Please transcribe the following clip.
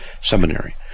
seminary